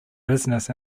business